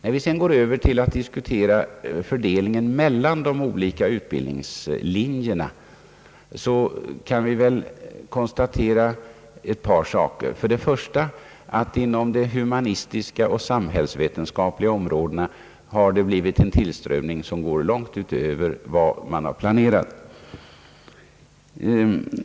Om vi sedan går över till att diskutera fördelningen mellan de olika utbildningslinjerna, kan vi konstatera ett par saker. Inom de humanistiska och samhällsvetenskapliga områdena har det blivit en tillströmning som går långt utöver vad som planerats.